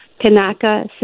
Kanaka